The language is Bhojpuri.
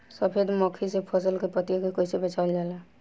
सफेद मक्खी से फसल के पतिया के कइसे बचावल जाला?